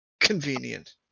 Convenient